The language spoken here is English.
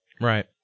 Right